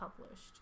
published